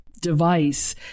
device